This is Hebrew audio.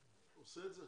הוא עושה את זה.